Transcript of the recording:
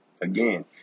Again